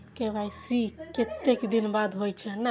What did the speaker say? KYC कतेक दिन बाद होई छै?